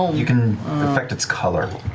um you can affect its color,